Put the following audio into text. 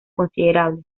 considerable